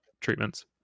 treatments